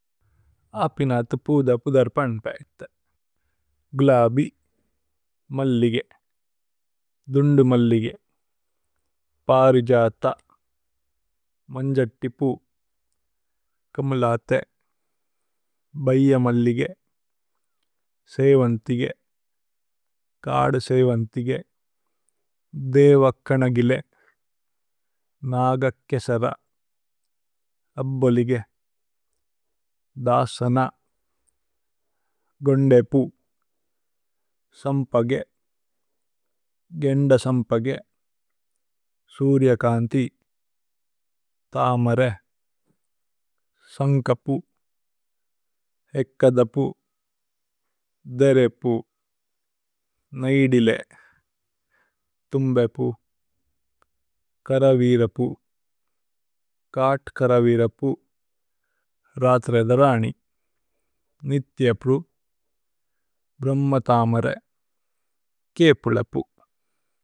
ആപിനഥ് പൂധ് അപുദര്പന് പഏഹ്ഥ। ഗുലബി മല്ലിഗേ ദുന്ദുമല്ലിഗേ പരിജഥ മന്ജതിപു। കമലഥേ ബൈയമല്ലിഗേ സേവന്ഥിഗേ കദുസേവന്ഥിഗേ। ദേവക്കനഗിലേ നഗക്കേസര അബ്ബോലിഗേ ധാകന। കസന ഗോന്ദേപു സമ്പഗേ ഗേന്ദ സമ്പഗേ സുര്യകന്തി। തമരേ സന്കപു ഏക്കദപു ദേരേപു നൈദിലേ ഥുമ്ബേപു। കരവീരപു കാത് കരവീരപു രത്രേദരനി। നിത്യപ്രു ബ്രഹ്മ തമരേ കേപുലപു।